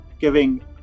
giving